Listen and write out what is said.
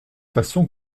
façon